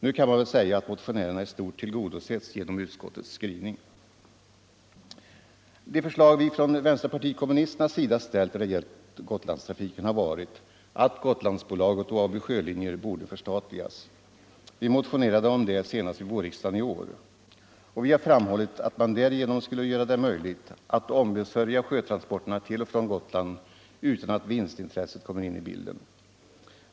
Nu kan man väl säga att motionärerna i stort sett tillgodosetts genom utskottets skrivning. De förslag vi från vpk:s sida ställt när det gällt Gotlandstrafiken har varit att Gotlandsbolaget och AB Sjölinjer borde förstatligas. Vi motionerade om detta senast vid vårriksdagen i år. Vi har framhållit att man därigenom skulle göra det möjligt att ombesörja sjötransporterna till och från Gotland utan att vinstintresset kommer in i bilden.